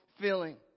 feeling